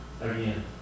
again